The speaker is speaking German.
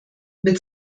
mit